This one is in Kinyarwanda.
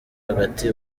hagati